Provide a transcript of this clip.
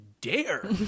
dare